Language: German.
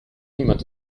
niemand